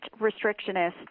restrictionist